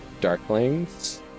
darklings